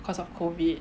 because of COVID